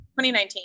2019